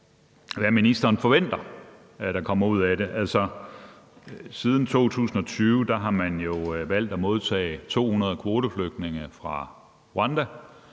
hvad ministeren forventer at der kommer ud af det. Altså, siden 2020 har man jo valgt at modtage 200 kvoteflygtninge fra Rwanda,